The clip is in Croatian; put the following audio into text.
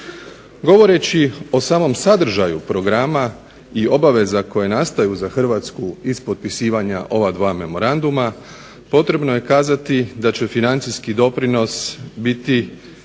Govoreći o samom sadržaju programa i obaveza koje nastaju za Hrvatsku iz potpisivanja ova dva memoranduma potrebno je kazati da će financijski doprinos ja